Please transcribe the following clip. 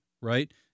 right